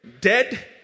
Dead